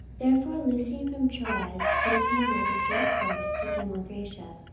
therefore loosing from troas, we came with a straight course to samothracia,